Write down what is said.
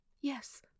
Yes